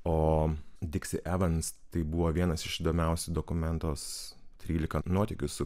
o diksi evans tai buvo vienas iš įdomiausių dokumentos trylika nuotykių su